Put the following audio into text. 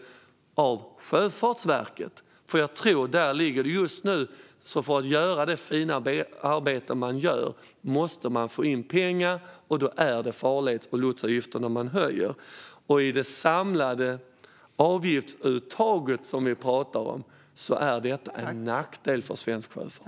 För att Sjöfartsverket ska kunna fortsätta med det fina arbete de gör tror jag nämligen att man måste få in pengar. Då är det farleds och lotsavgifterna man höjer. I det samlade avgiftsuttaget är det en nackdel för svensk sjöfart.